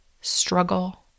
struggle